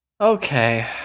Okay